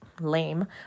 lame